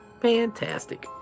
Fantastic